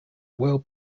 well